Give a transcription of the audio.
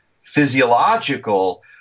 physiological